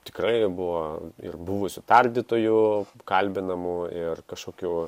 tikrai buvo ir buvusių tardytojų kalbinamų ir kažkokių